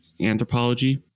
anthropology